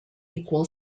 equal